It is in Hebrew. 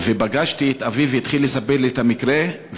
ופגשתי את אביו שהתחיל לספר לי את המקרה.